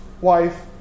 wife